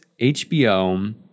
HBO